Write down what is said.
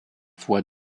fois